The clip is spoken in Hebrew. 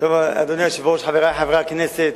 אדוני היושב-ראש, חברי חברי הכנסת,